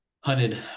hunted